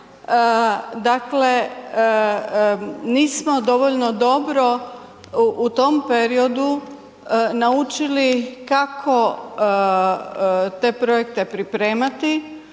dakle nismo dovoljno dobro u tom periodu naučili kako te projekte pripremati,